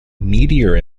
meteor